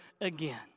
again